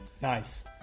nice